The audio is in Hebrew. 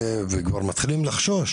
וכבר מתחילים לחשוש